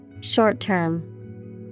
Short-term